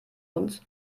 uns